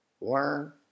learn